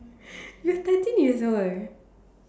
you were thirteen years old